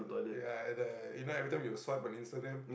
ya and I you know every time you'll swipe on Instagram